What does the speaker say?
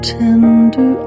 tender